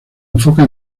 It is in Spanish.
enfoca